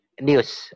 news